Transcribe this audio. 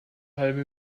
halbe